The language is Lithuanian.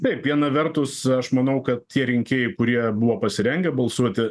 taip viena vertus aš manau kad tie rinkėjai kurie buvo pasirengę balsuoti